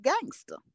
gangster